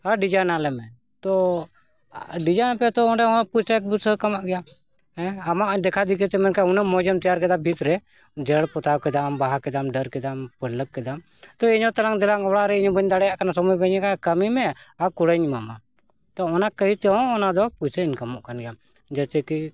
ᱟᱨ ᱰᱤᱡᱟᱭᱱᱟᱞᱮᱢᱮ ᱛᱚ ᱰᱤᱡᱟᱭᱤᱱ ᱟᱯᱮ ᱛᱚ ᱚᱸᱰᱮ ᱦᱚᱸ ᱯᱚᱭᱥᱟ ᱮᱠᱫᱩᱥ ᱠᱟᱢᱟᱜ ᱜᱮᱭᱟ ᱦᱮᱸ ᱟᱢᱟᱜ ᱫᱮᱠᱷᱟ ᱫᱤᱠᱷᱤᱛᱮ ᱢᱮᱱᱠᱷᱟᱱ ᱩᱱᱟᱹᱜ ᱢᱚᱡᱽᱮᱢ ᱛᱮᱭᱟᱨ ᱠᱮᱫᱟ ᱵᱤᱡ ᱨᱮ ᱡᱮᱨᱮᱲ ᱯᱚᱛᱟᱣ ᱠᱮᱫᱟᱢ ᱵᱟᱦᱟ ᱠᱮᱫᱟᱢ ᱰᱟᱹᱨ ᱠᱮᱫᱟᱢ ᱯᱟᱹᱲᱞᱟᱹᱠ ᱠᱮᱫᱟᱢ ᱛᱚ ᱤᱧᱟᱹᱜ ᱛᱟᱲᱟᱝ ᱫᱟᱲᱟᱝ ᱚᱲᱟᱜ ᱨᱮ ᱤᱧᱟᱹᱜ ᱵᱟᱹᱧ ᱫᱟᱲᱮᱭᱟᱜ ᱠᱟᱱᱟ ᱥᱚᱢᱚᱭ ᱵᱟᱹᱧ ᱠᱟᱹᱢᱤ ᱢᱮ ᱟᱨ ᱠᱩᱲᱟᱹᱭᱤᱧ ᱮᱢᱟᱢᱟ ᱛᱚ ᱚᱱᱟ ᱠᱟᱹᱢᱤ ᱛᱮᱦᱚᱸ ᱚᱱᱟ ᱫᱚ ᱯᱚᱭᱥᱟ ᱤᱱᱠᱟᱢᱚᱜ ᱠᱟᱱ ᱜᱮᱭᱟ ᱡᱮᱭᱥᱮ ᱠᱤ